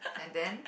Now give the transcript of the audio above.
and then